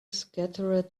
scattered